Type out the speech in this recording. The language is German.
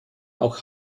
auch